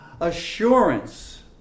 assurance